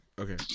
okay